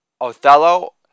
Othello